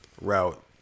route